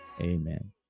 Amen